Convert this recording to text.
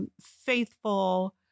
faithful